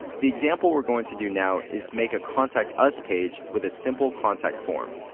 the example we're going to do now is make a contact us page with a simple contact form.